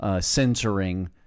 censoring